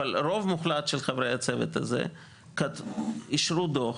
אבל רוב מוחלט של חברי הצוות הזה אישרו דוח.